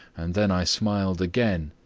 and then i smiled again.